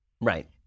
Right